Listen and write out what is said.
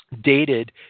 dated